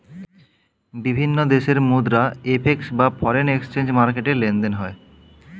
বিভিন্ন দেশের মুদ্রা এফ.এক্স বা ফরেন এক্সচেঞ্জ মার্কেটে লেনদেন হয়